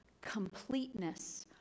completeness